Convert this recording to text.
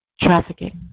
trafficking